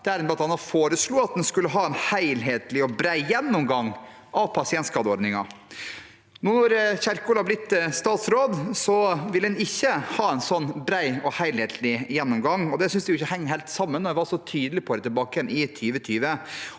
der en bl.a. foreslo at en skulle ha en helhetlig og bred gjennomgang av pasientskadeordningen. Når Kjerkol nå har blitt statsråd, vil en ikke ha en sånn bred og helhetlig gjennomgang. Det synes jeg ikke henger helt sammen – når en var så tydelig på det i 2020.